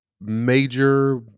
major